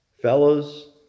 fellows